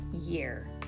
year